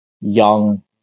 young